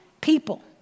People